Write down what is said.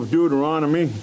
Deuteronomy